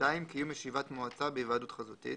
קיום ישיבת מועצה בהיוועדות חזותית